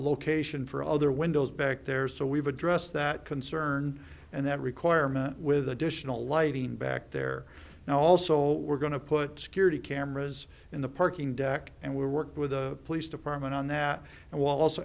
location for other windows back there so we've addressed that concern and that requirement with additional lighting back there and also we're going to put security cameras in the parking deck and we work with the police department on that and will